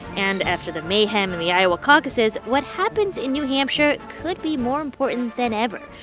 and after the mayhem in the iowa caucuses, what happens in new hampshire could be more important than ever.